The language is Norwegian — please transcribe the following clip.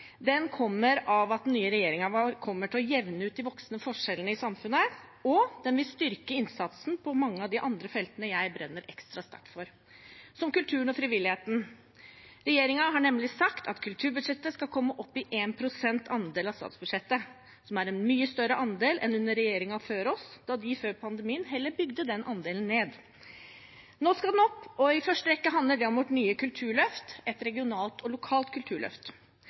Den kommer av at den nye regjeringen kommer til å jevne ut de voksende forskjellene i samfunnet, og den vil styrke innsatsen på mange av de andre feltene jeg brenner ekstra sterkt for – som kultur og frivillighet. Regjeringen har nemlig sagt at kulturbudsjettet skal komme opp i 1 pst. andel av statsbudsjettet, som er en mye større andel enn under regjeringen før oss, da de før pandemien heller bygde den andelen ned. Nå skal den opp, og i første rekke handler det om vårt nye kulturløft, et regionalt og lokalt kulturløft.